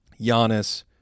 Giannis